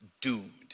doomed